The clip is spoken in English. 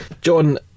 John